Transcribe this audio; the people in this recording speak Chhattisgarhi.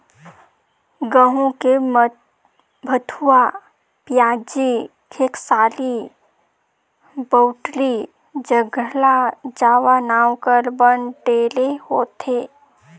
गहूँ में भथुवा, पियाजी, खेकसारी, बउटरी, ज्रगला जावा नांव कर बन ढेरे होथे